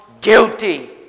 guilty